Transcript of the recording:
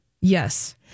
Yes